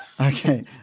Okay